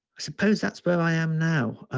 suppose that's where i am now.